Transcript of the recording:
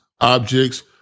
objects